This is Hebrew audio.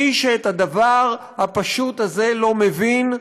מי שאת הדבר הפשוט הזה לא מבין,